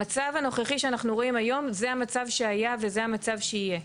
המצב הנוכחי שאנחנו רואים היום זה המצב שהיה וזה המצב שיהיה.